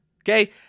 Okay